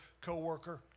co-worker